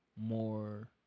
more